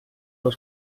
alla